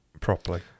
properly